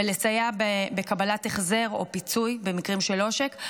ולסייע בקבלת החזר או פיצוי במקרים של עושק.